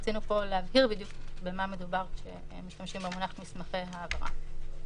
רצינו פה להבהיר בדיוק במה מדובר כשמשתמשים במונח "מסמכי העברה".